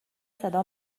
صدا